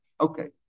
Okay